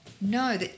No